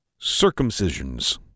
circumcisions